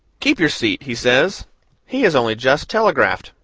keep your seat, he says he is only just telegraphed,